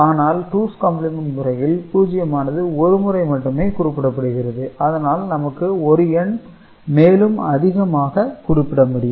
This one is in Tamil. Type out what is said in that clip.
ஆனால் டூஸ் காம்ப்ளிமென்ட் முறையில் 0 ஆனது ஒருமுறை மட்டுமே குறிப்பிடப்படுகிறது அதனால் நமக்கு ஒரு எண் மேலும் அதிகமாக குறிப்பிடமுடியும்